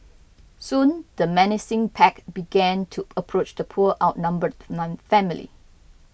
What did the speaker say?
soon the menacing pack began to approach the poor outnumbered family